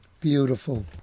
Beautiful